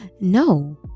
No